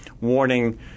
warning